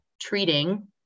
treating